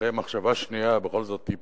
אחרי מחשבה שנייה בכל זאת ייפסק.